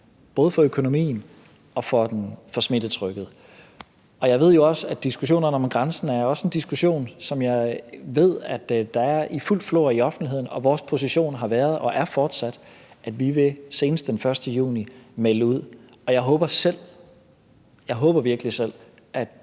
både for økonomien og for smittetrykket. Jeg ved jo også, at diskussionerne om grænsen er en diskussion, der er i fuld flor i offentligheden, og vores position har været og er fortsat, at vi senest den 1. juni vil melde ud. Jeg håber virkelig selv, at